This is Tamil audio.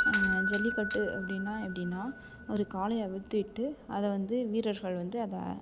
ஜல்லிக்கட்டு அப்படின்னா எப்படின்னா ஒரு காளையை அவுழ்த்துவிட்டு அதை வந்து வீரர்கள் வந்து அதை